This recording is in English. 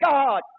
God